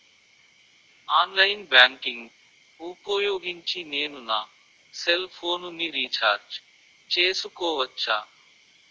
Online banking ఊపోయోగించి నేను నా సెల్ ఫోను ని రీఛార్జ్ చేసుకోవచ్చా?